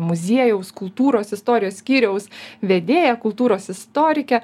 muziejaus kultūros istorijos skyriaus vedėją kultūros istorikę